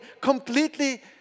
completely